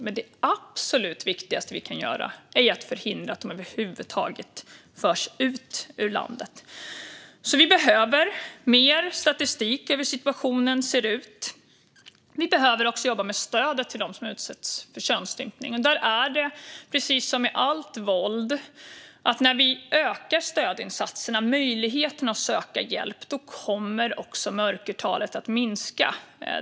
Men det absolut viktigaste vi kan göra är att förhindra att de över huvud taget förs ut ur landet. Vi behöver mer statistik över hur situationen ser ut. Vi behöver också jobba med stödet till dem som utsätts för könsstympning. Där är det, precis som med allt våld, så att mörkertalet kommer att minska när vi ökar stödinsatserna och möjligheterna att söka hjälp.